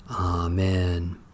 Amen